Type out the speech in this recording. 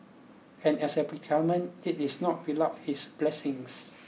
and as a predicament it is not without its blessings